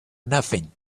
nothing